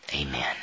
Amen